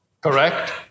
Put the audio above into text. Correct